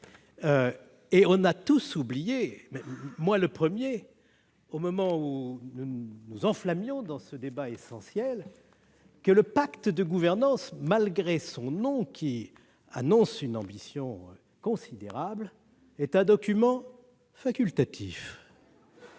avons tous oublié, moi le premier, au moment où nous nous enflammions dans ce débat essentiel, que ce pacte de gouvernance, malgré un nom qui annonce une ambition considérable, était un document facultatif